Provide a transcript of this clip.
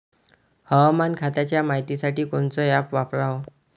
हवामान खात्याच्या मायतीसाठी कोनचं ॲप वापराव?